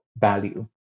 value